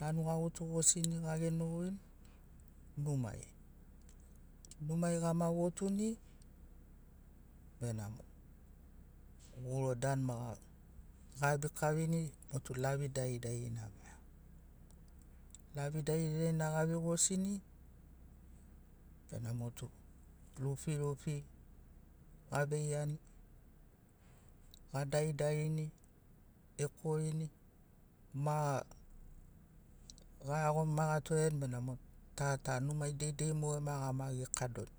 Nanu gagutugosini ga genogoini numai. Numai gama votuni benamo guro danu ma ga gabikavini motu lavi daridarina maia. Lavi daridarina gavei gosini bena motu rufirufi gaveiani, ga daridarini ekorini, ma ga iagoni ma gatoreni benamo ta ta numai deidei moge ma gama gekadoni.